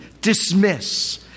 dismiss